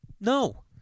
No